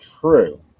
True